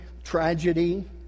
Tragedy